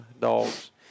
dogs